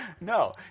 no